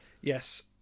Yes